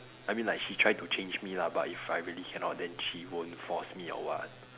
I mean like she try to change me lah but if I really cannot then she won't force me or what